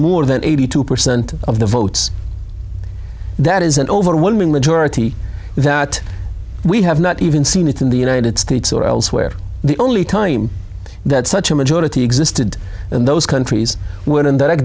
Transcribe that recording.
more than eighty two percent of the votes that is an overwhelming majority that we have not even seen it in the united states or elsewhere the only time that such a majority existed in those countries we